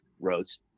roads